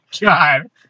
god